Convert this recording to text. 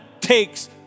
takes